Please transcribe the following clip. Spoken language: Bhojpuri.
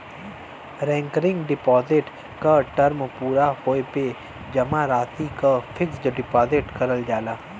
रेकरिंग डिपाजिट क टर्म पूरा होये पे जमा राशि क फिक्स्ड डिपाजिट करल जाला